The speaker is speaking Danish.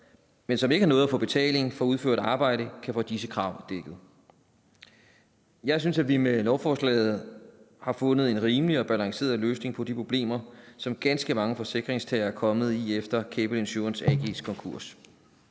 men som ikke har nået at få betaling for udført arbejde, kan få disse krav dækket. Jeg synes, at vi med lovforslaget har fundet en rimelig og balanceret løsning på de problemer, som ganske mange forsikringstagere er kommet i efter Gable Insurance AG's konkurs.